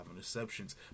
interceptions